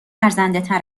ارزندهتر